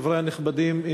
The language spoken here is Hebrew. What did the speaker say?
חברי הנכבדים,